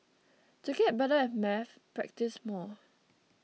to get better at maths practise more